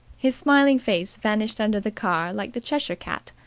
his smiling face vanished under the car like the cheshire cat.